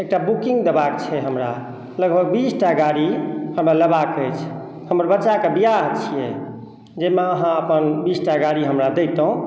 एकटा बुकिङ्ग देबाके छै हमरा लगभग बीस टा गाड़ी हमरा लेबाके अछि हमर बच्चाके बिआह छिए जाहिमे अहाँ अपन बीस टा गाड़ी हमरा देतहुँ